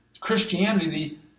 Christianity